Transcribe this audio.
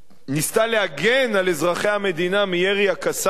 ניסתה להגן על אזרחי המדינה מירי ה"קסאמים"